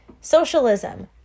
socialism